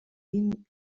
vint